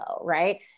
right